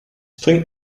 bringt